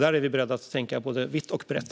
Där är vi beredda att tänka både vitt och brett.